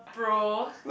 pro